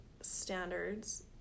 standards